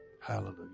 Hallelujah